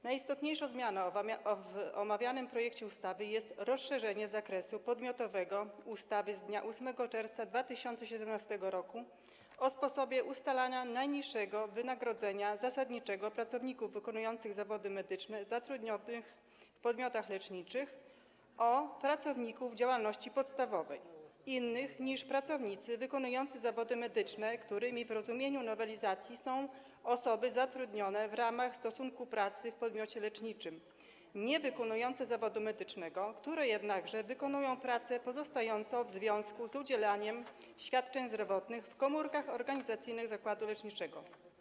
Najistotniejszą zmianą w omawianym projekcie ustawy jest rozszerzenie zakresu podmiotowego ustawy z dnia 8 czerwca 2017 r. o sposobie ustalania najniższego wynagrodzenia zasadniczego pracowników wykonujących zawody medyczne zatrudnionych w podmiotach leczniczych o pracowników działalności podstawowej, innych niż pracownicy wykonujący zawody medyczne, którymi w rozumieniu nowelizacji są osoby zatrudnione w ramach stosunku pracy w podmiocie leczniczym niewykonujące zawodu medycznego, które jednakże wykonują pracę pozostającą w związku z udzielaniem świadczeń zdrowotnych w komórkach organizacyjnych zakładu leczniczego.